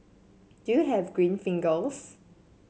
do you have green fingers